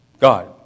God